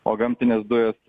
o gamtinės dujos